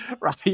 Right